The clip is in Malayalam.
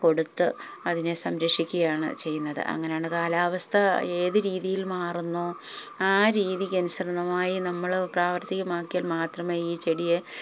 കൊടുത്ത് അതിനെ സംരക്ഷിക്കുകയാണ് ചെയ്യുന്നത് അങ്ങനെയാണ് കാലാവസ്ഥ ഏത് രീതിയിൽ മാറുന്നുവോ ആ രീതിക്ക് അനുസൃതമായി നമ്മള് പ്രാവർത്തികമാക്കിയാൽ മാത്രമേ ഈ ചെടിയെ